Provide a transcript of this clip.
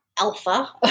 alpha